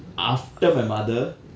after my mother